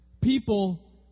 people